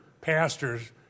pastors